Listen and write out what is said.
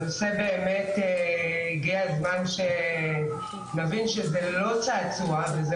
באמת הגיע הזמן שנבין שזה לא צעצוע וזה